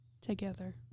together